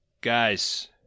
Guys